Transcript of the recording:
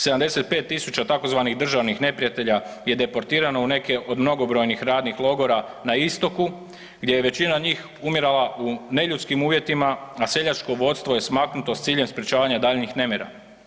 75 tisuća, tzv. državnih neprijatelja je deportirano u neke od mnogobrojnih radnih logora na istoku, gdje je većina njih umirala u neljudskim uvjetima, a seljačko vodstvo je smaknuto s ciljem sprječavanja daljnjih nemira.